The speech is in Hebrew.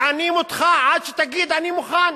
מענים אותך עד שתגיד: אני מוכן.